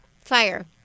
Fire